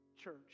church